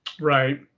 Right